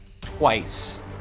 twice